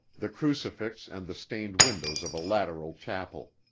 the crucifix and the stained windows of a lateral chapel.